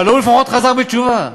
אבל הוא לפחות חזר בתשובה.